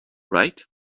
right